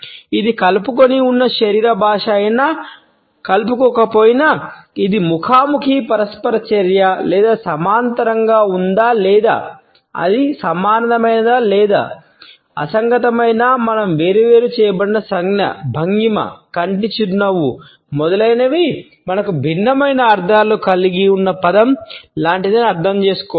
ఇది కలుపుకొని ఉన్న శరీర భాష అయినా లేదా కలుపుకొని పోయినా ఇది ముఖాముఖి పరస్పర చర్య లేదా సమాంతరంగా ఉందా లేదా అది సమానమైనదా లేదా అసంగతమైనా మనం వేరుచేయబడిన సంజ్ఞ భంగిమ కంటి చిరునవ్వు మొదలైనవి మనకు భిన్నమైన అర్థాలను కలిగి ఉన్న పదం లాంటిదని అర్థం చేసుకోవాలి